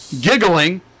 giggling